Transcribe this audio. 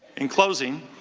in closing.